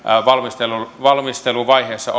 valmisteluvaiheessa